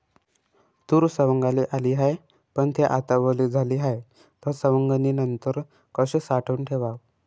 तूर सवंगाले आली हाये, पन थे आता वली झाली हाये, त सवंगनीनंतर कशी साठवून ठेवाव?